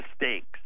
mistakes